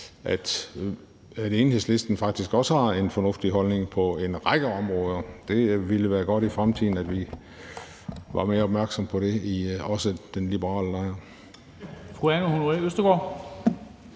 at Enhedslisten faktisk også har en fornuftig holdning på en række områder. Det ville være godt, at man i fremtiden var mere opmærksom på det – også i den liberale lejr.